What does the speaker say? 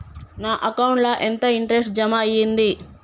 నా అకౌంట్ ల ఎంత ఇంట్రెస్ట్ జమ అయ్యింది?